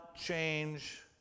change